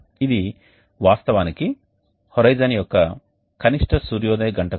ఇది వాస్తవానికి హోరిజోన్ యొక్క కనిష్ట సూర్యోదయ గంట కోణం